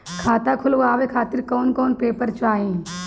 खाता खुलवाए खातिर कौन कौन पेपर चाहीं?